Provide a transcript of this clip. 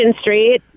Street